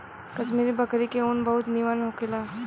कश्मीरी बकरी के ऊन बहुत निमन होखेला